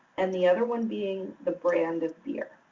and the other one being the brand of beer.